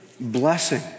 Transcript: blessing